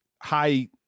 high